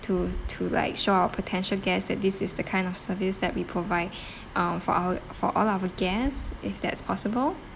to to like show our potential guest that this is the kind of service that we provide um for our for all of our guest if that's possible